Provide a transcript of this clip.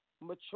mature